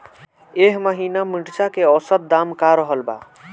एह महीना मिर्चा के औसत दाम का रहल बा?